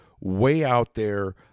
way-out-there